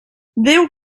déu